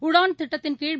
உதான் திட்டத்தின் கீழ்